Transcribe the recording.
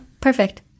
perfect